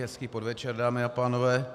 Hezký podvečer, dámy a pánové.